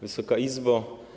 Wysoka Izbo!